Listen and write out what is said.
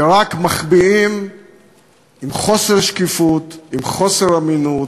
ורק מחביאה גם חוסר שקיפות, עם חוסר אמינות,